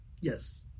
Yes